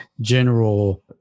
general